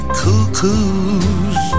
cuckoos